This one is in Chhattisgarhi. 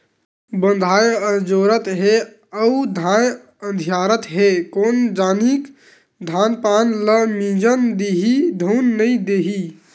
बंधाए अजोरत हे अउ धाय अधियारत हे कोन जनिक धान पान ल मिजन दिही धुन नइ देही